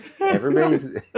Everybody's